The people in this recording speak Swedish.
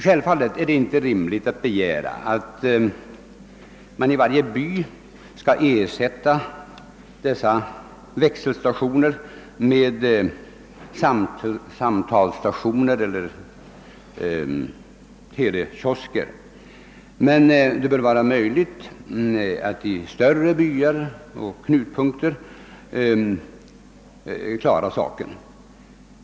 Självfallet är det inte rimligt att begära att man i varje by skall ersätta dessa växelstationer med samtalsstationer eller telekiosker, men det bör vara möjligt i större byar och knutpunkter.